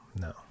No